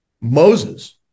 Moses